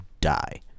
die